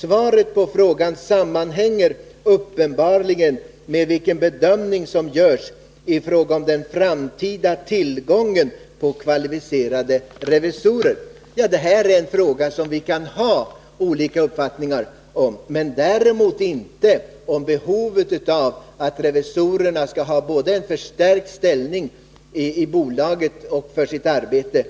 Svaret på frågan sammanhänger uppenbarligen med vilken bedömning som görs beträffande den framtida tillgången på kvalificerade revisorer. Det här är en fråga som vi kan ha olika uppfattningar om, men däremot inte om behovet av att revisorerna skall ha en förstärkt ställning både i bolaget och när det gäller